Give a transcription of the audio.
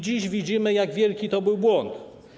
Dziś widzimy, jak wielki to był błąd.